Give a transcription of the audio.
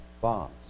bombs